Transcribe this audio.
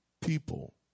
people